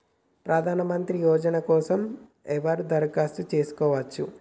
ప్రధానమంత్రి యోజన కోసం ఎవరెవరు దరఖాస్తు చేసుకోవచ్చు?